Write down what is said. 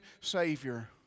Savior